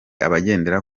abagendera